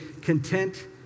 content